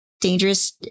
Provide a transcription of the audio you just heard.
dangerous